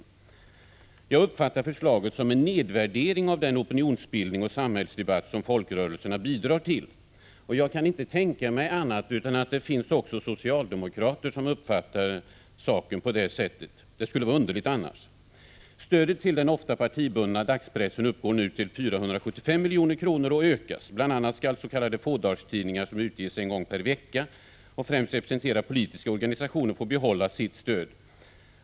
73 Jag uppfattar förslaget som en nedvärdering av den opinionsbildning och samhällsdebatt som folkrörelserna bidrar till. Jag kan inte tänka mig annat än att det också finns socialdemokrater som uppfattar saken på det sättet — det skulle vara underligt annars. Stödet till den ofta partibundna dagspressen uppgår nu till 475 milj.kr., och det ökas. Bl. a. skalls.k. fådagarstidningar, som utges en gång per vecka och främst representerar politiska organisationer, få behålla sitt stöd.